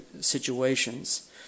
situations